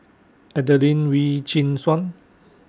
Adelene Wee Chin Suan